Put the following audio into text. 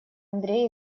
андрей